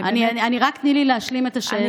רק תני לי להשלים את השאלה.